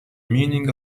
meaning